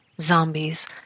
zombies